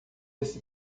esse